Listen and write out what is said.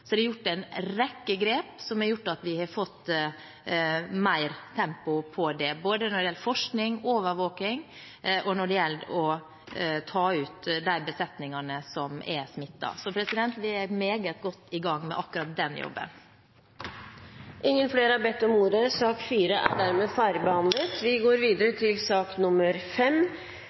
er det tatt en rekke grep som har gjort at vi har fått mer tempo på det, både når det gjelder forskning og overvåkning, og når det gjelder å ta ut de besetningene som er smittet. Så vi er meget godt i gang med akkurat den jobben. Flere har ikke bedt om ordet til sak